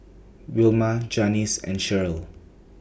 Wilma Janis and Shirl